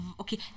okay